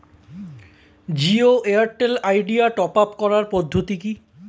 Jio Airtel Idea top up করার পদ্ধতি কি?